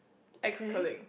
ex colleague